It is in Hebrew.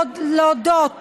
להודות